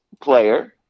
player –